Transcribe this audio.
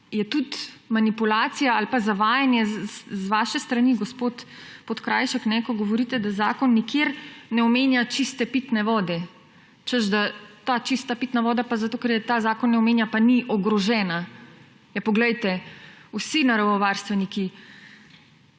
je tudi manipulacija ali pa zavajanje z vaše strani, gospod Podkrajšek, ko govorite, da zakon nikjer ne omenja čiste pitne vode, češ da ta pitna voda pa zato, ker je ta zakon ne omenja, pa ni ogrožena. Ja poglejte, vsi naravovarstveniki